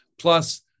Plus